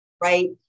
right